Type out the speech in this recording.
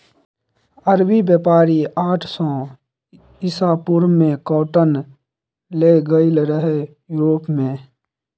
अरबी बेपारी आठ सय इसा पूर्व मे काँटन लए गेलै रहय युरोप मे